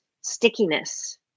stickiness